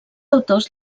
autors